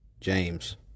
James